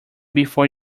before